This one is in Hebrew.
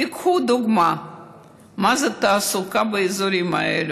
קחו דוגמה מה זו תעסוקה באזורים האלה: